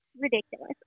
ridiculous